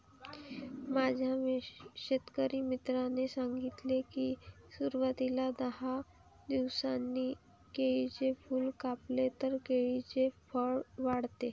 माझ्या शेतकरी मित्राने सांगितले की, सुरवातीला दहा दिवसांनी केळीचे फूल कापले तर केळीचे फळ वाढते